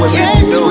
Yes